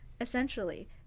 essentially